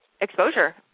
exposure